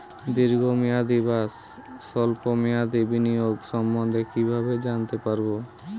দীর্ঘ মেয়াদি বা স্বল্প মেয়াদি বিনিয়োগ সম্বন্ধে কীভাবে জানতে পারবো?